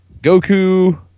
Goku